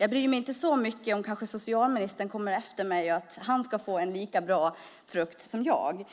Jag bryr mig kanske inte så mycket om att socialministern, om han kommer efter mig, ska få en lika bra frukt som jag. Att